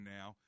now